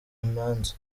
imanza